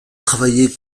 travaillait